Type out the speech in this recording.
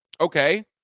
Okay